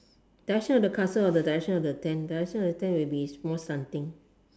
direction of the castle or the direction of the tent direction of the tent will be more slant